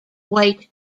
white